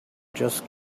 just